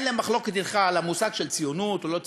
אין להם מחלוקת אתך על המושג של ציונות או לא ציונות,